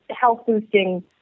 health-boosting